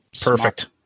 Perfect